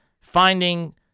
finding